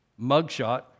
mugshot